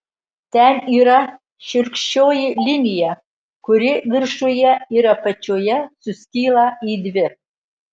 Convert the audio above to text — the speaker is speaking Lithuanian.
ten yra šiurkščioji linija kuri viršuje ir apačioje suskyla į dvi